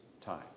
time